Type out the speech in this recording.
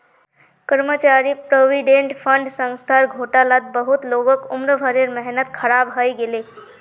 कर्मचारी provident fund संस्थार घोटालात बहुत लोगक उम्र भरेर मेहनत ख़राब हइ गेले